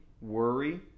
worry